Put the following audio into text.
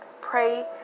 pray